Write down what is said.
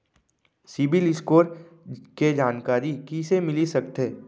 CIBIL score के जानकारी कइसे मिलिस सकथे?